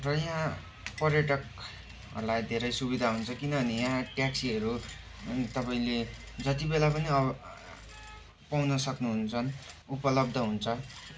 र यहाँ पर्यटकहरूलाई धेरै सुविधा हुन्छ किनभने यहाँ ट्याक्सीहरू तपाईँले जति बेला पनि अ पाउन सक्नुहुन्छन् उपलब्ध हुन्छ